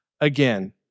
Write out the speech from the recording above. again